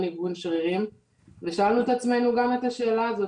ניוון שרירים ושאלנו את עצמנו גם את השאלה הזאת,